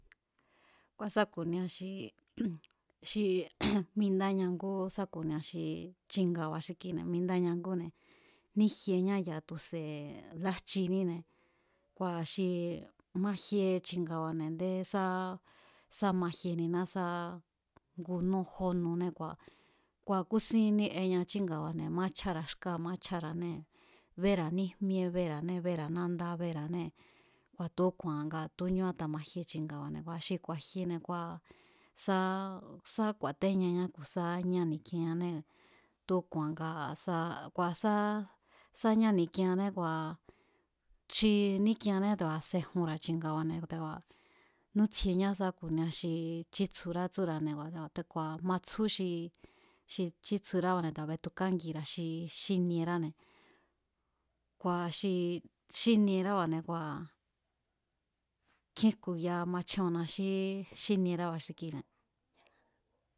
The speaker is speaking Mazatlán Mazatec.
Kua̱ sá ku̱nia xi úmj xi únmj, mindáña ngú sá ku̱nia xi chi̱nga̱ba̱ xi kine̱ mindaña ngúne̱ níjieñá ya̱a tu̱se̱ lájchiníne̱ kua̱ xi majie chi̱nga̱ba̱ne̱ a̱ndé sá sá majieniná sá ngu nú jó nuné kua̱, kua̱ kúsin ní'eña chínga̱ba̱ne̱ maáchjára̱a xkáa̱ maáchjara̱ánée̱ béra̱a níjmíebéra̱ané bera̱a nándá béra̱anée̱ kua̱ tu̱úku̱a̱n nga tu̱úñú átamajie chi̱nga̱ba̱ne̱ kua̱ xi ku̱a̱jiene̱ kua̱ sá sá ku̱a̱téñañá ku̱sá ñá ni̱k'ienñanée̱ tu̱úku̱a̱n ngaa sá kua̱ sá, sá ñá ni̱k'ienñané kua̱ xi ník'ieanné te̱ku̱a̱ sejunra̱ chi̱nga̱ba̱ne̱ te̱ku̱a̱ nútjieñá sá ku̱nia xí chítsjurá tsúra̱ne̱ kua̱ te̱ku̱a̱ matsjú xi, xi chítsjurába̱ne̱ te̱ku̱a̱ betukángira̱ xi xínieráne̱. Kua̱ xi xínierába̱ne̱ kua̱ nkjín jku̱ya machjóo̱nna xí xínierába̱ xi kine̱.